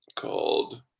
Called